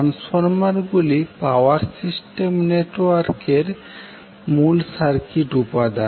transformer গুলি power system নেটওয়ার্কের মূল সার্কিট উপাদান